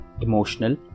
emotional